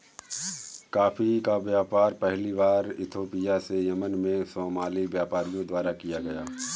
coffee का व्यापार पहली बार इथोपिया से यमन में सोमाली व्यापारियों द्वारा किया गया